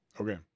Okay